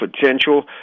potential